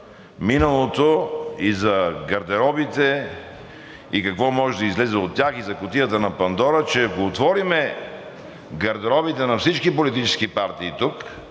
миналото и за гардеробите и какво може да излезе от тях, и за кутията на Пандора, че ако отворим гардеробите на всички политически партии тук,